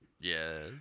Yes